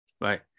Right